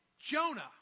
Jonah